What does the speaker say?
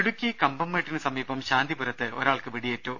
ഇടുക്കി കമ്പംമേട്ടിന് സമീപം ശാന്തിപുരത്ത് ഒരാൾക്ക് വെടിയേറ്റു